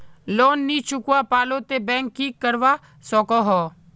Loan नी चुकवा पालो ते बैंक की करवा सकोहो?